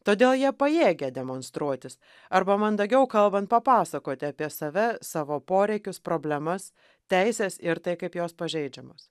todėl jie pajėgia demonstruotis arba mandagiau kalbant papasakoti apie save savo poreikius problemas teises ir tai kaip jos pažeidžiamos